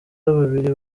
babiri